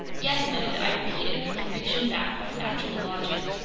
yes, ned, i repeat it with a conviction backed by factual logic.